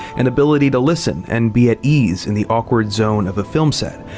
an ability to listen and be at ease in the awkward zone of a film set.